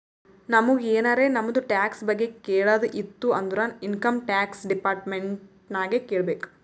ನಮುಗ್ ಎನಾರೇ ನಮ್ದು ಟ್ಯಾಕ್ಸ್ ಬಗ್ಗೆ ಕೇಳದ್ ಇತ್ತು ಅಂದುರ್ ಇನ್ಕಮ್ ಟ್ಯಾಕ್ಸ್ ಡಿಪಾರ್ಟ್ಮೆಂಟ್ ನಾಗೆ ಕೇಳ್ಬೇಕ್